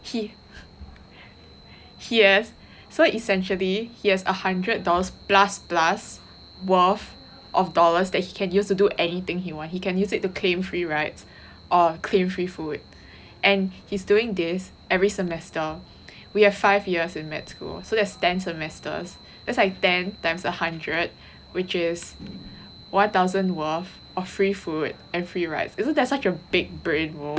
he P_S so essentially he has a hundred dollars plus plus worth of dollars that he can use to do anything he want he can use it to claim free rides or claim free food and he's doing this every semester we have five years in med school so there is ten semesters that is like ten times a hundred which is one thousand worth of free food and free rides isn't that such a big brain move